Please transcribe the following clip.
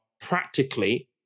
practically